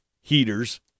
heaters